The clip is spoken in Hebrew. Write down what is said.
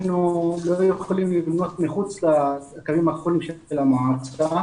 אנחנו לא יכולים לבנות מחוץ לקווים הכחולים של המועצה.